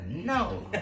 No